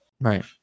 Right